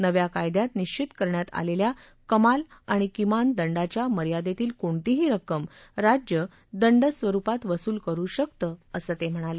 नव्या कायद्यात निश्वित करण्यात आलेल्या कमाल आणि किमान दंडाच्या मर्यादेतील कोणतीही रक्कम राज्य दंड स्वरूपात वसूल करू शकतं असं ते म्हणाले